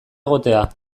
egotea